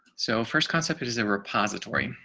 so first concept is a repository,